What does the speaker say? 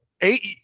Eight